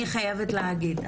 אני חייבת להגיד,